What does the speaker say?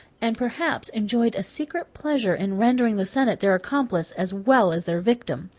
and perhaps enjoyed a secret pleasure in rendering the senate their accomplice as well as their victim.